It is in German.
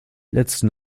letzte